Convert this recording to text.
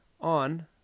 on